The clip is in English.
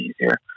easier